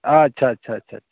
ᱟᱪᱪᱷᱟ ᱟᱪᱪᱷᱟ ᱟᱪᱪᱷᱟ